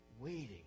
waiting